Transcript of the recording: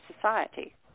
society